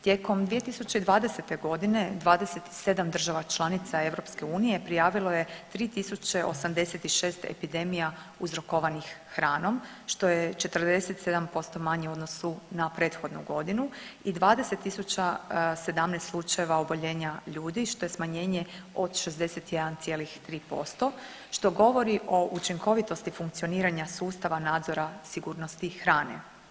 Tijekom 2020. godine 27 država članica EU prijavilo je 3086 epidemija uzrokovanih hranom što je 47% manje u odnosu na prethodnu godinu i 20 017 slučajeva oboljenja ljudi što je smanjenje od 61,3% što govori o učinkovitosti funkcioniranja sustava nadzora sigurnosti hrane.